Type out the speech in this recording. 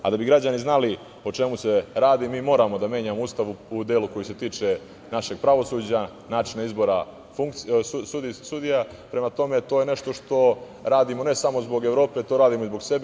Da bi građani znali o čemu se radi, mi moramo da menjamo Ustav u delu koji se tiče našeg pravosuđa, načina izbora sudija. prema tome, to je nešto što radimo ne samo zbog Evrope, to radimo i zbog sebe.